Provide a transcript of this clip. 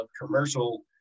commercial